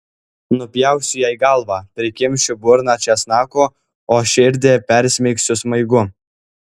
nupjausiu jai galvą prikimšiu burną česnakų o širdį persmeigsiu smaigu